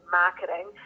marketing